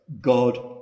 God